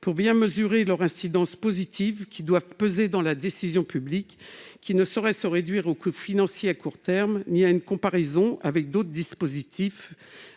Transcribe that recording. pour bien mesurer les incidences positives, qui doivent peser dans la décision publique, laquelle ne saurait être régie par le seul coût financier à court terme ou une comparaison avec d'autres dispositifs,